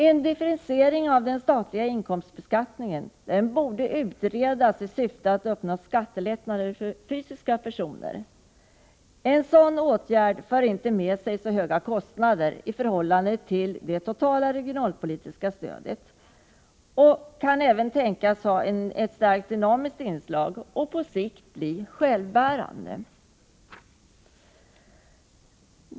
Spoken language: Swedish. En differentiering av den statliga inkomstbeskattningen borde utredas, i syfte att uppnå skattelättnader för fysiska personer. En sådan åtgärd för inte med sig så höga kostnader i förhållande till det totala regionalpolitiska stödet och kan även tänkas ha ett starkt dynamiskt inslag och på sikt bli självbärande.